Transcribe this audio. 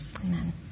Amen